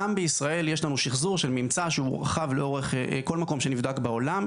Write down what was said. גם בישראל יש לנו שחזור של ממצא שהוא רחב לאורך כל מקום שנבדק בעולם.